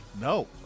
No